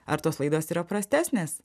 ar tos laidos yra prastesnės